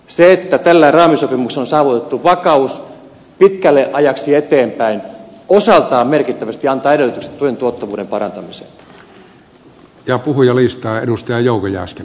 se että tällä raamisopimuksella on saavutettu vakaus pitkäksi ajaksi eteenpäin osaltaan merkittävästi antaa edellytykset työn tuottavuuden parantamiseen